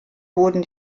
wurden